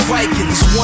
Vikings